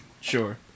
sure